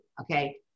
okay